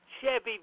Chevy